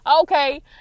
Okay